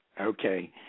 Okay